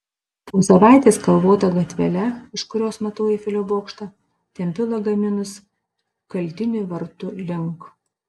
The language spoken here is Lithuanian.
po savaitės kalvota gatvele iš kurios matau eifelio bokštą tempiu lagaminus kaltinių vartų link